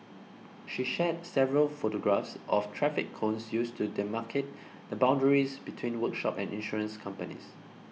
she shared several photographs of traffic cones used to demarcate the boundaries between workshop and insurance companies